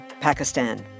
Pakistan